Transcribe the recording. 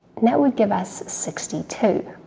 that will give us sixty two.